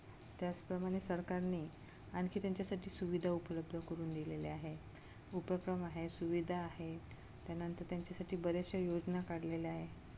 त्याचप्रमाणे सरकारने आणखी त्यांच्यासाठी सुविधा उपलब्ध करून दिलेल्या आहे उपक्रम आहे सुविधा आहे त्यानंतर त्यांच्यासाठी बऱ्याचशा योजना काढलेल्या आहे